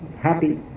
happy